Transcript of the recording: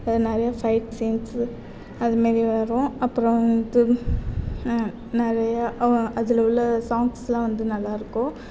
நிறையா fight scenes அது மாதிரி வரும் அப்புறம் வந்து அதில் உள்ள சாங்ஸ்ஸெல்லாம் வந்து நல்லாயிருக்கும்